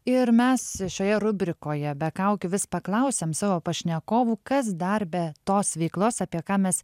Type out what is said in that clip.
ir mes šioje rubrikoje be kaukių vis paklausiam savo pašnekovų kas dar be tos veiklos apie ką mes